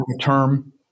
term